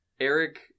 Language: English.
Eric